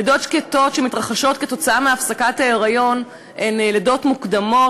לידות שקטות שמתרחשות כתוצאה מהפסקת היריון הן לידות מוקדמות,